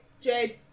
Jade